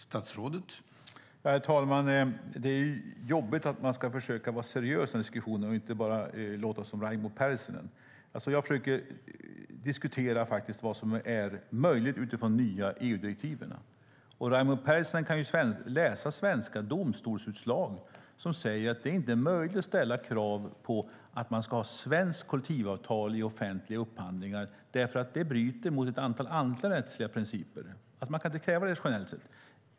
Herr talman! Det är jobbigt att försöka vara seriös i diskussionen och inte bara låta som Raimo Pärssinen. Jag försöker diskutera vad som är möjligt utifrån de nya EU-direktiven. Raimo Pärssinen kan läsa svenska domstolsutslag som säger att det inte är möjligt att ställa krav på svenskt kollektivavtal i offentliga upphandlingar. Det bryter nämligen mot ett antal andra rättsliga principer. Man kan inte kräva det generellt sett.